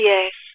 Yes